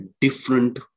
different